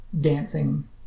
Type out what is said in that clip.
dancing